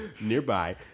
Nearby